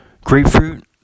Grapefruit